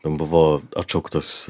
ten buvo atšauktos